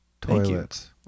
toilets